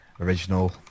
original